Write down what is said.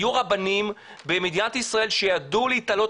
היו רבנים במדינת ישראל שידעו להתעלות